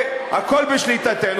והכול בשליטתנו,